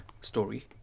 story